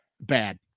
Bad